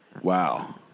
Wow